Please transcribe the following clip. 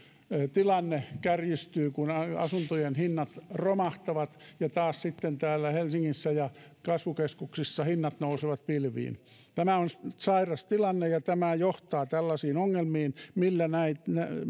tilanne kärjistyy kun asuntojen hinnat romahtavat ja taas sitten täällä helsingissä ja kasvukeskuksissa hinnat nousevat pilviin tämä on sairas tilanne ja johtaa tällaisiin ongelmiin